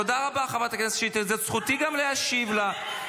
תודה רבה חברת הכנסת שטרית, זאת זכותי להשיב לה.